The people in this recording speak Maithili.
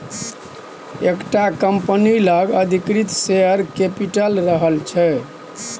एकटा कंपनी लग अधिकृत शेयर कैपिटल रहय छै